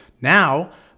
Now